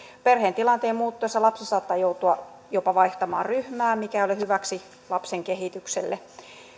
perheen tilanteen muuttuessa lapsi saattaa joutua jopa vaihtamaan ryhmää mikä ei ole hyväksi lapsen kehitykselle